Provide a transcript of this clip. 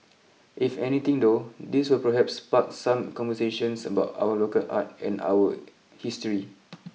if anything though this will perhaps spark some conversations about our local art and our history